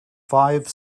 five